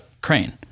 crane